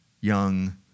young